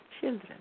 children